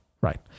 Right